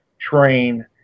train